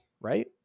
Right